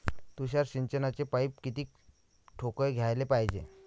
तुषार सिंचनाचे पाइप किती ठोकळ घ्याले पायजे?